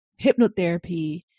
hypnotherapy